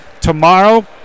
Tomorrow